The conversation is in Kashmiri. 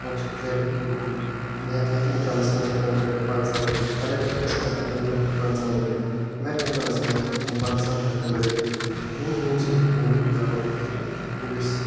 وۅنۍ چھِ ترٛےٚ گرٛوٗپ میک میٚکنِکٕلَس مَنٛز ہیٚکَن لٔڑکہٕ پَنٛژاہ لٔگِتھ ایٚلیٚکٹرکَس مَنٛز ہیٚکَن لٔڑکہٕ پَنژاہ لٔگِتھ میٚکنِکَٕلَس مَنٛز ہیٚکَن پَنٛژاہ لٔڑکہٕ لٔگِتھ یم ییٚمہِ سۭتۍ بنٛڈپوٗر ڈیٚولپ ہیٚکہِ گٔژھِتھ